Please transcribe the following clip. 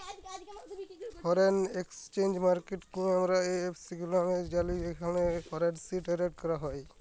foreign exchange মার্কেটকে আমরা FX লামেও জালি যেখালে ফরেলসি টেরেড ক্যরা হ্যয়